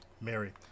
Mary